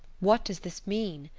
what does this mean?